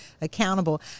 accountable